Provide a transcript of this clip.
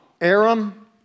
Aram